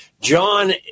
John